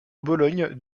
bologne